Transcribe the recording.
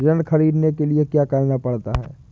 ऋण ख़रीदने के लिए क्या करना पड़ता है?